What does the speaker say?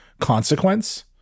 consequence